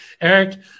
Eric